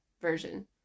Version